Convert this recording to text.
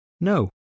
No